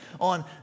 on